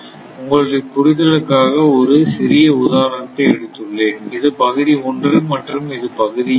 உங்களுடைய புரிதலுக்காக ஒரு சிறிய உதாரணத்தை எடுத்துள்ளேன் இது பகுதி 1 மற்றும் இது பகுதி 2